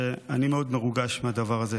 ואני מאוד מרוגש מהדבר הזה.